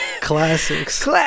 Classics